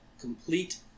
complete